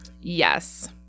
Yes